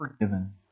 forgiven